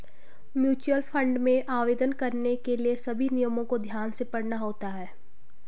mutual fund में आवेदन करने के लिए सभी नियमों को ध्यान से पढ़ना होता है